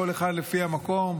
כל אחד לפי המקום.